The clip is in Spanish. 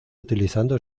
utilizando